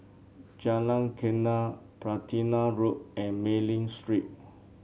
Jalan Geneng Platina Road and Mei Ling Street